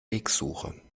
wegsuche